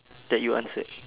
that you answered